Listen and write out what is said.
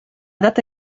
data